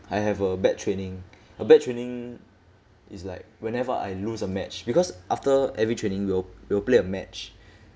I have a bad training a bad training is like whenever I lose a match because after every training we'll we'll play a match